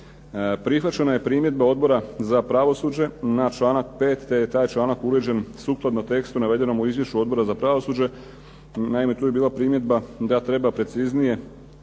Prihvaćena je primjedba Odbora za pravosuđe na članak 5. te je taj članak uređen sukladno tekstu navedenom u izvješću Odbora za pravosuđe. Naime, tu je bila primjedba da treba preciznije